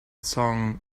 song